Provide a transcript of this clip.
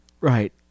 Right